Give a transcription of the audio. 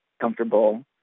comfortable